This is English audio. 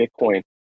Bitcoin